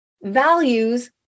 values